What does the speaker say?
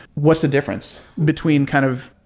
what's the difference between kind of,